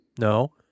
No